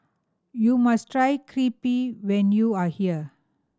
you must try Crepe when you are here